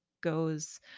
goes